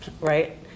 right